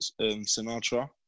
Sinatra